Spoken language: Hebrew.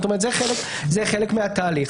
זה חלק מהתהליך.